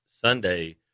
Sunday